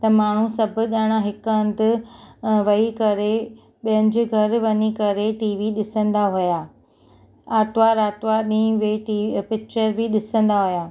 त माण्हू सबु ॼणा हिकु हंधि वेही करे ॿियनि जे घरु वञी करे टीवी ॾिसंदा हुआ आरतवार आरतवार ॾींहुं उहे के पिक्चर बि ॾिसंदा हुआ